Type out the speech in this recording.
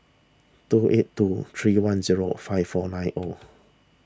two eight two three one zero five four nine zero